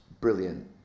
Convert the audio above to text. Brilliant